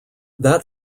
that